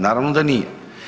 Naravno da nije.